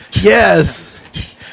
Yes